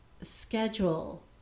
schedule